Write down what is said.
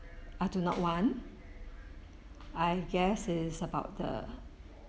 I do not want I guess is about the